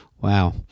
Wow